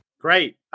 Great